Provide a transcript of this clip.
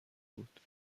بود